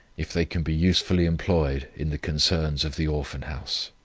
if they can be usefully employed in the concerns of the orphan-house.